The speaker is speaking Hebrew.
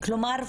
כלומר,